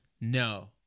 no